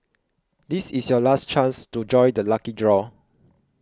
this is your last chance to join the lucky draw